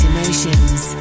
Emotions